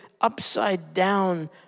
upside-down